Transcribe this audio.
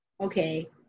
Okay